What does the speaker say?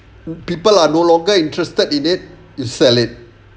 people are no longer interested in it you sell it